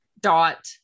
dot